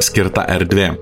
skirta erdvė